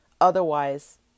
Otherwise